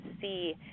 see